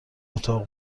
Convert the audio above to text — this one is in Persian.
اتاق